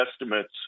estimates